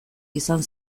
izan